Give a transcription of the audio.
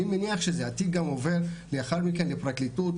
התיק גם עובר לאחר מכן לפרקליטות,